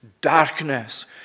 darkness